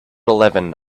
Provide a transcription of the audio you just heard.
eleven